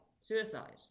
suicide